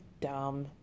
dumb